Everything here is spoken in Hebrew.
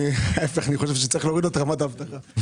ואני חושב שצריך להוריד לו את רמת האבטחה.